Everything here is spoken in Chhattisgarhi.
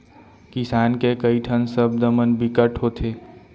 किसान के कइ ठन सब्द मन बिकट होथे